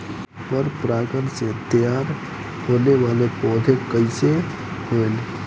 पर परागण से तेयार होने वले पौधे कइसे होएल?